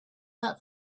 that